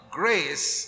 grace